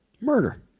Murder